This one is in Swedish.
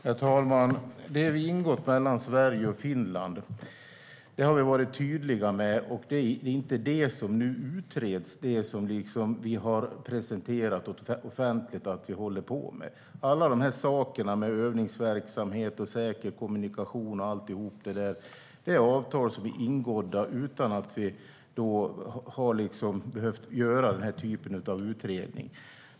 Herr talman! De avtal som ingåtts mellan Sverige och Finland har vi varit tydliga med. Det är inte det som vi offentligt presenterat och som vi arbetar med som nu utreds. Vad gäller övningsverksamhet, säker kommunikation och annat har avtal ingåtts utan att vi behövt göra den här typen av utredning.